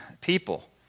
people